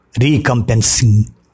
recompensing